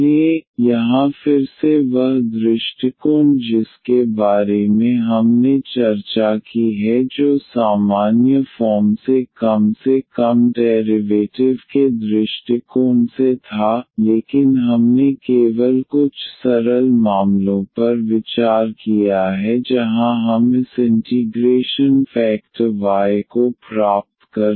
इसलिए यहाँ फिर से वह दृष्टिकोण जिसके बारे में हमने चर्चा की है जो सामान्य फॉर्म से कम से कम डेरिवेटिव के दृष्टिकोण से था लेकिन हमने केवल कुछ सरल मामलों पर विचार किया है जहाँ हम इस इंटीग्रेशन फेकटर y को प्राप्त कर सकते हैं